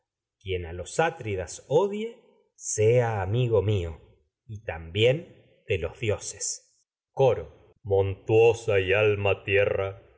quien a los atridas odie sea amigo mío y también de los dioses coro montuosa y alma